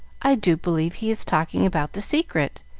i do believe he is talking about the secret.